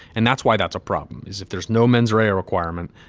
and that's why that's a problem is if there's no mens rea or requirement.